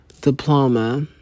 diploma